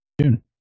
June